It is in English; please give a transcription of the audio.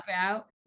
out